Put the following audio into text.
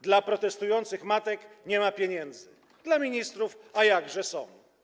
Dla protestujących matek nie ma pieniędzy, dla ministrów, a jakże, są.